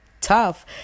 tough